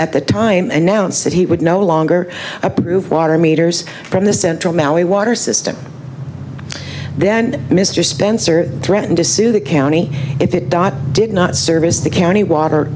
at the time and now and said he would no longer approve water meters from the central valley water system then mr spencer threatened to sue the county if it did not service the county water